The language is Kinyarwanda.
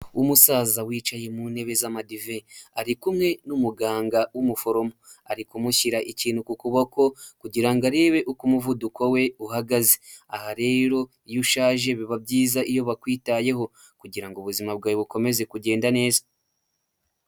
Umusaza wicaye mu ntebe z'amadive ari kumwe n'umuganga w'umuforomo, ari kumushyira ikintu ku kuboko kugira ngo arebe uko umuvuduko we uhagaze, aha rero iyo ushaje biba byiza iyo bakwitayeho kugira ngo ubuzima bwawe bukomeze kugenda neza.